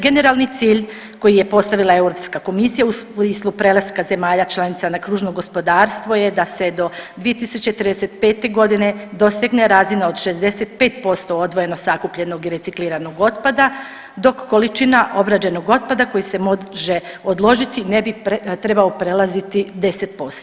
Generalni cilj koji je postavila Europska komisija u smislu prelaska zemalja članica na kružno gospodarstvo je da se do 2035. g. dosegne razina od 65% odvojeno sakupljenog i recikliranog otpada, dok količina obrađenog otpada koji se može odložiti, ne bi trebao prelaziti 10%